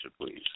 please